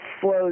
flows